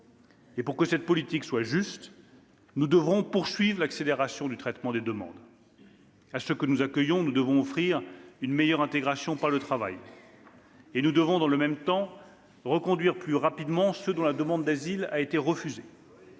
et, pour que cette politique soit juste, nous devrons poursuivre l'accélération du traitement des demandes. À ceux que nous accueillons, nous devons offrir une meilleure intégration par le travail. Nous devons dans le même temps reconduire plus rapidement ceux dont la demande d'asile a été refusée.